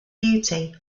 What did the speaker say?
beauty